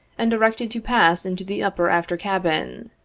and directed to pass into the upper after cabin.